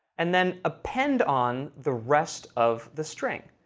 and then append on the rest of the string,